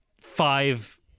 five